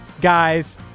guys